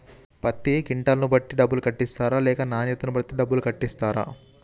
పత్తి క్వింటాల్ ను బట్టి డబ్బులు కట్టిస్తరా లేక నాణ్యతను బట్టి డబ్బులు కట్టిస్తారా?